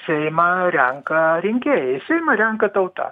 seimą renka rinkėjai seimą renka tauta